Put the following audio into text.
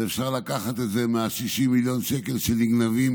אפשר לקחת את זה מה-60 מיליון שקל שנגנבים